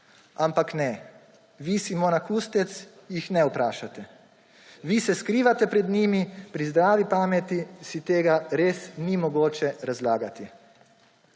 Ampak ne, vi, Simona Kustec, jih ne vprašate. Vi se skrivate pred njimi. Pri zdravi pameti si tega res ni mogoče razlagati.